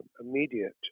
immediate